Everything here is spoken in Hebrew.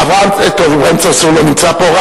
אברהים צרצור לא נמצא פה.